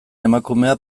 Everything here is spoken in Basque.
emakumea